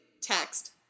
text